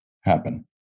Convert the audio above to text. happen